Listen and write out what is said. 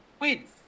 Wait